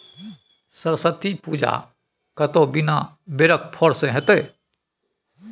सरस्वती पूजा कतहु बिना बेरक फर सँ हेतै?